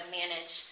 manage